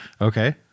Okay